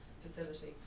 facility